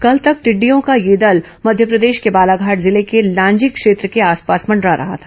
कल तक टिडिंडयों का यह दल मध्यप्रदेश के बालाघाट जिले के लांजी क्षेत्र के आसपास मंडरा रहा था